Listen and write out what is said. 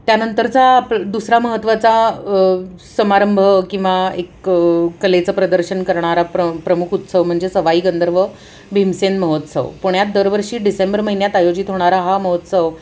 त्यानंतरचा आप दुसरा महत्त्वाचा समारंभ किंवा एक कलेचं प्रदर्शन करणारा प्र प्र प्रमुख उत्सव म्हणजे सवाई गंधर्व भीमसेन महोत्सव पुण्यात दरवर्षी डिसेंबर महिन्यात आयोजित होणारा हा महोत्सव